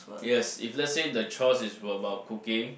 yes if let say the chore is about cooking